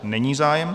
Není zájem.